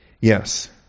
Yes